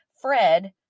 Fred